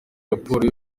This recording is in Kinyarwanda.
raporo